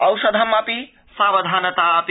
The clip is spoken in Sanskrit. औषधम् अपि सावधानता अपि